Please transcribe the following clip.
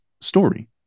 story